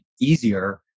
easier